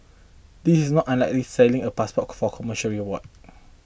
this is not unlike at selling a passport for commercial reward